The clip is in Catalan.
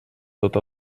tot